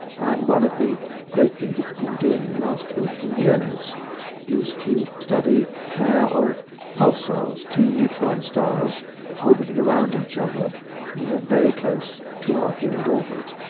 and one of the great things it's been doing in the last two or three years is to study a pair of pulsars, two neutron stars orbiting around each other in a very close two-hour period orbit.